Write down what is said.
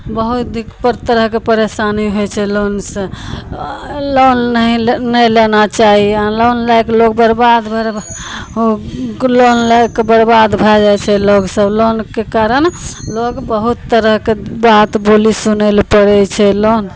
बहुत दोसर तरहके परेशानी होइ छै लोनसँ आओर लोन नहि ले नहि लेना चाही लोन लएके लोग बर्वाद बर लोन लैके बर्वाद भए जाइ छै लोग सब लोनके कारण लोग बहुत तरहके बात बोली सुनय लए पड़य छै लोन